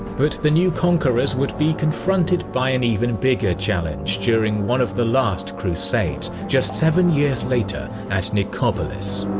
but the new conquerors would be confronted by an even bigger challenge during one of the last crusades just seven years later at nicopolis.